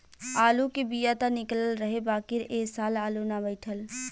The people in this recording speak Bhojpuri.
आलू के बिया त निकलल रहे बाकिर ए साल आलू ना बइठल